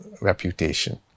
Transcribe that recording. reputation